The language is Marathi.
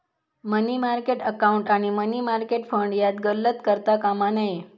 मनी मार्केट अकाउंट आणि मनी मार्केट फंड यात गल्लत करता कामा नये